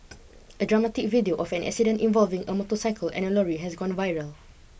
a dramatic video of an accident involving a motorcycle and a lorry has gone viral